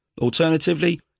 Alternatively